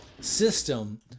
System